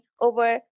over